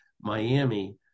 Miami